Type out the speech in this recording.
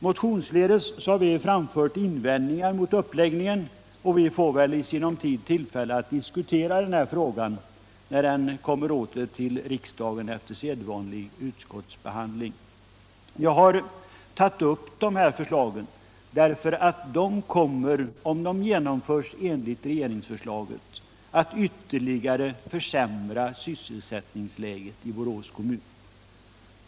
Motionsledes har vi framfört invändningar mot uppläggningen, och vi får väl i sinom tid tillfälle att diskutera frågan efter sedvanlig utskottsbehandling. Jag har tagit upp de här förslagen därför att de kommer, om de genomförs enligt regeringsförslaget, att ytterligare försämra sysselsättningsläget i Borås kommun.